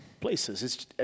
places